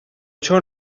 ciò